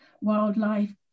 wildlife